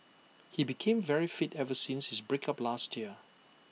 he became very fit ever since his break up last year